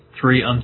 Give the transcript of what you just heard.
three